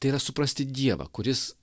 tai yra suprasti dievą kuris